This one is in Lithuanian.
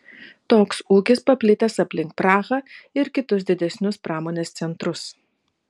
toks ūkis paplitęs aplink prahą ir kitus didesnius pramonės centrus